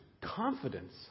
confidence